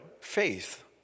faith